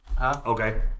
Okay